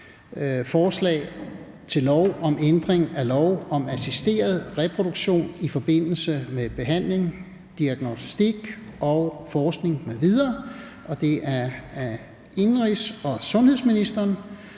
Forslag til lov om ændring af lov om assisteret reproduktion i forbindelse med behandling, diagnostik og forskning m.v. (Fertilitetsbehandling til andet barn